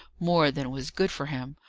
more than was good for him.